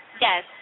Yes